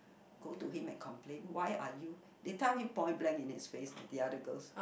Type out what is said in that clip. go to him and complain why are you they tell him point blank in his face like the other girls